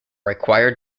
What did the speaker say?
required